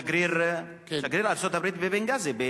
שגריר ארצות-הברית בבנגאזי,